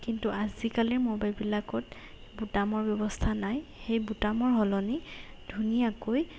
কিন্তু আজিকালিৰ মোবাইলবিলাকত বুটামৰ ব্যৱস্থা নাই সেই বুটামৰ সলনি ধুনীয়াকৈ